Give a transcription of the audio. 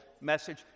message